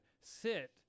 sit